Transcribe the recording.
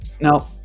No